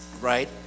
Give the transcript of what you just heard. Right